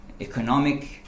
economic